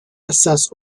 assess